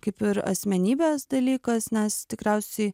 kaip ir asmenybės dalykas nes tikriausiai